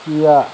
Kia